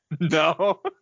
No